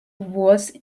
was